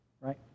right